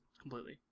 completely